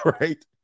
right